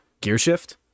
Gearshift